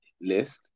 list